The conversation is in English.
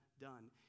done